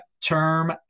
term